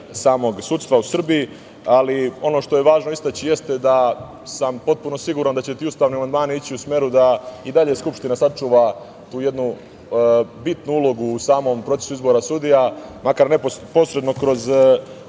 samog sudstva u Srbiji, ali ono što je važno istaći jeste da sam potpuno siguran da će ti ustavni amandmani ići u smeru da i dalje Skupština sačuva tu jednu bitnu ulogu u samom procesu izbora sudija, makar posredno kroz